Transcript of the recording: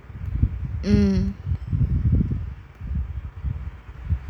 mm